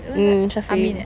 mm syafiq